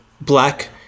black